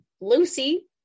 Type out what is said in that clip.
lucy